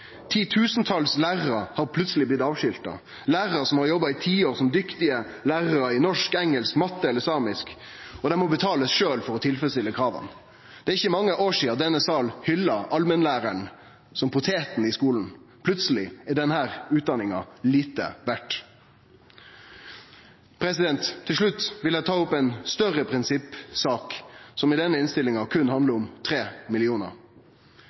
Titusentals lærarar har plutseleg blitt avskilta. Det er lærarar som har jobba i tiår som dyktige lærarar i norsk, engelsk, matte eller samisk, og dei må betale sjølv for å tilfredsstille krava. Det er ikkje mange år sidan denne salen hylla allmennlæraren som poteten i skolen. Plutseleg er denne utdanninga lite verdt. Til slutt vil eg ta opp ei større prinsippsak, som i denne innstillinga